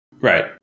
Right